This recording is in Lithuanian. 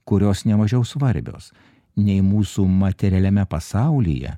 kurios nemažiau svarbios nei mūsų materialiame pasaulyje